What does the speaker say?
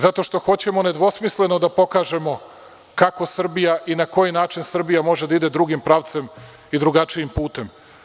Zato što hoćemo nedvosmisleno da pokažemo kako Srbija i na koji način Srbija može da ide drugim pravcem i drugačijim putem.